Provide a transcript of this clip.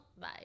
bye